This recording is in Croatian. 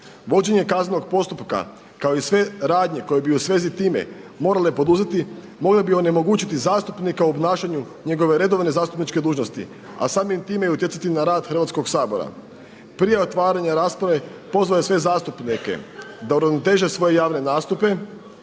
vođenje kaznenog postupka kao i sve radnje koje bi u svezi time morale poduzeti mogle bi onemogućiti zastupnika u obnašanju njegove redovne zastupničke dužnosti, a samim time i utjecati na rad Hrvatskog sabora. Prije otvaranja rasprave pozvao je sve zastupnike da uravnoteže svoje javne nastupe,